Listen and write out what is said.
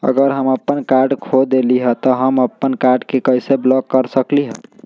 अगर हम अपन कार्ड खो देली ह त हम अपन कार्ड के कैसे ब्लॉक कर सकली ह?